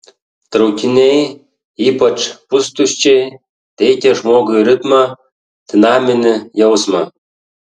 traukiniai ypač pustuščiai teikia žmogui ritmą dinaminį jausmą